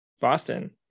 boston